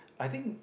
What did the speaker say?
I think